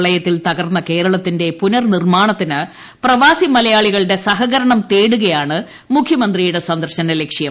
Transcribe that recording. പ്രളയത്തിൽ തകർന്ന കേരളത്തിന്റെ പുനർനിർമ്മാണത്തിന് പ്രവാസി മലയാളികളുടെ സഹകരണം തേടുകയാണ് മുഖ്യമന്ത്രിയുടെ സന്ദർശന ലക്ഷ്യം